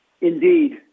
Indeed